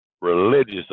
religious